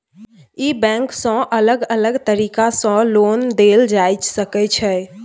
ई bank सँ अलग अलग तरीका सँ लोन देल जाए सकै छै